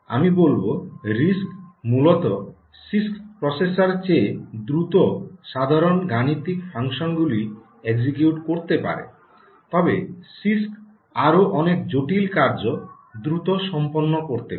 আমি বলব আরআইএসসি মূলত সিআইএসসি প্রসেসরের চেয়ে দ্রুত সাধারণ গাণিতিক ফাংশনগুলি এক্সিকিউট করতে পারে তবে সিআইএসসি আরও অনেক জটিল কার্য দ্রুত সম্পন্ন করতে পারে